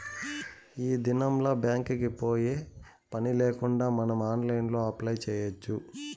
ఈ దినంల్ల బ్యాంక్ కి పోయే పనిలేకుండా మనం ఆన్లైన్లో అప్లై చేయచ్చు